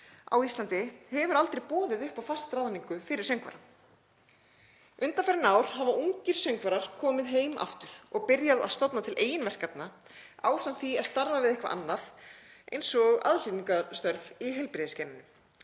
á Íslandi hefur aldrei boðið upp á fastráðningu fyrir söngvara. Undanfarin ár hafa ungir söngvarar komið heim aftur og stofnað til eigin verkefna ásamt því að starfa við eitthvað annað, eins og aðhlynningarstörf í heilbrigðisgeiranum.